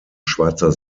schweizer